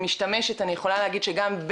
אני אשתדל לעמוד בנוהג שאני מציבה לעצמי,